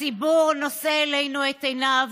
הציבור נושא אלינו את עיניו.